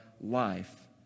life